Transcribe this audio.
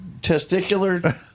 Testicular